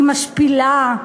היא משפילה,